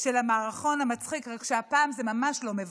של המערכון המצחיק, רק שהפעם זה ממש לא מבדר,